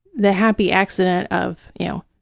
the happy accident of, you know,